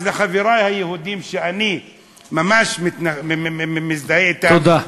אז לחברי היהודים, שאני ממש מזדהה אתם, תודה.